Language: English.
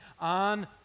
On